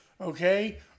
okay